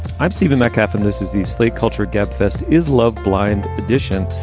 i'm stephen metcalf and this is the slate culture gabfest. is love blind audition.